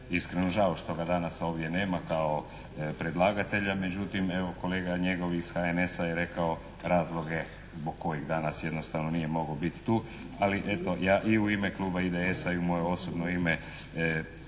iskreno žao što ga danas ovdje nema kao predlagatelja međutim evo kolega njegov iz HNS-a je rekao razloge zbog kojih danas jednostavno nije mogao biti tu, ali eto ja, i u ime Kluba IDS-a i u moje osobno ime